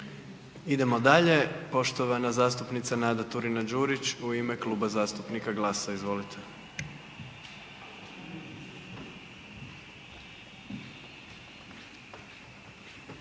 Idemo dalje. Poštovana zastupnica Nada Turina Đurić u ime Kluba zastupnika GLAS-a. Izvolite.